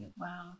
wow